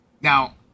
Now